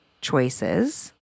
choices